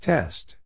Test